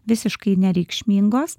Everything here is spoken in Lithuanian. visiškai nereikšmingos